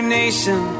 nation